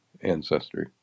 ancestry